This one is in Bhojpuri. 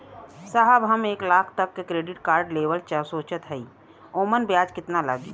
साहब हम एक लाख तक क क्रेडिट कार्ड लेवल सोचत हई ओमन ब्याज कितना लागि?